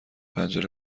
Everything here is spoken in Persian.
پنجره